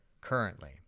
currently